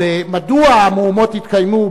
מדוע המהומות התקיימו,